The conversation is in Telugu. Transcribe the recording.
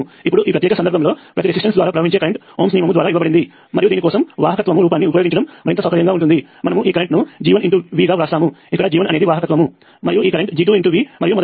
ఇప్పుడు ఈ ప్రత్యేక సందర్భంలో ప్రతి రెసిస్టెన్స్ ద్వారా ప్రవహించే కరెంట్ ఓమ్స్ నియమము ద్వారా ఇవ్వబడింది మరియు దీని కోసం వాహకత్వము రూపాన్ని ఉపయోగించడం మరింత సౌకర్యవంతంగా ఉంటుంది మనము ఈ కరెంట్ను G1V గా వ్రాస్తాము ఇక్కడ G1 అనేది వాహకత్వము ఈ కరెంట్ G2V మరియు మొదలైనవి